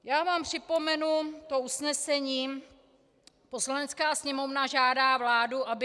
Já vám připomenu to usnesení: Poslanecká sněmovna žádá vládu, aby